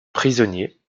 prisonniers